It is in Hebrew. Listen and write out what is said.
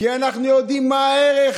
כי אנחנו יודעים מה הערך